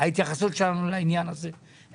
ההתייחסות שלנו לעניין הזה לא נראית טוב.